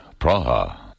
Praha